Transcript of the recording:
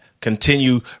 continue